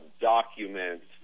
documents